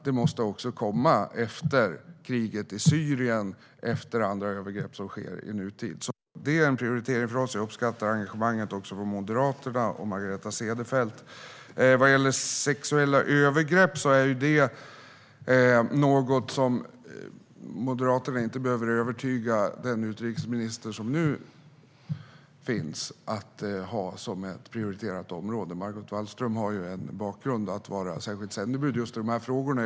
Man måste också ställas inför rätta efter kriget i Syrien och andra övergrepp som sker i nutid. Det är en prioritering för oss, och jag uppskattar engagemanget också från Moderaterna och Margareta Cederfelt. Vad gäller sexuella övergrepp är det något som Moderaterna inte behöver övertyga vår nuvarande utrikesminister om att ha som en prioriterad fråga. Margot Wallström har ju en bakgrund som särskilt sändebud just i den frågan.